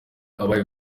abaye